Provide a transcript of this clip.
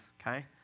okay